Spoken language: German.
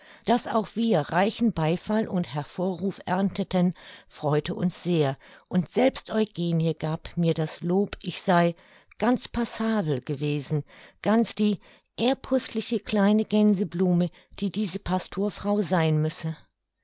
daß auch wir reichen beifall und hervorruf ernteten freute uns sehr und selbst eugenie gab mir das lob ich sei ganz passabel gewesen ganz die ehrpußliche kleine gänseblume die diese pastorfrau sein müsse